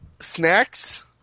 snacks